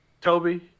Toby